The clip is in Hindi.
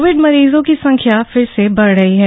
कोविड मरीजों की संख्या फिर से बढ़ रही है